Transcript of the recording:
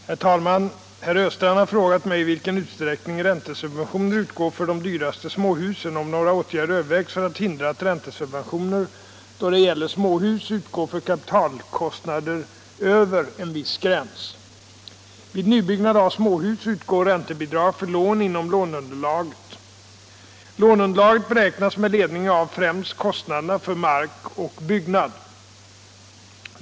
Herr talman! Herr Östrand har frågat mig i vilken utsträckning räntesubventioner utgår för de dyraste småhusen och om några åtgärder övervägs för att hindra att räntesubventioner då det gäller småhus utgår för kapitalkostnader över en viss gräns. Vid nybyggnad av småhus utgår räntebidrag för lån inom låneunderlaget. Låneunderlaget beräknas med ledning av främst kostnaderna för mark och byggnad.